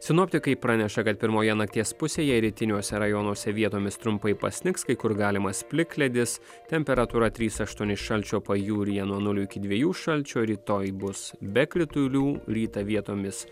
sinoptikai praneša kad pirmoje nakties pusėje rytiniuose rajonuose vietomis trumpai pasnigs kai kur galimas plikledis temperatūra trys aštuoni šalčio pajūryje nuo nulio iki dviejų šalčio rytoj bus be kritulių rytą vietomis